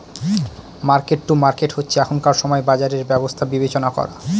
market to market হচ্ছে এখনকার সময় বাজারের ব্যবস্থা বিবেচনা করা